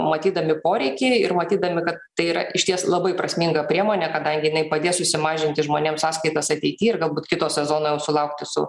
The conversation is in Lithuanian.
matydami poreikį ir matydami kad tai yra išties labai prasminga priemonė kadangi jinai padės susimažinti žmonėms sąskaitas ateity ir galbūt kito sezono jau sulaukti su